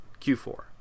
Q4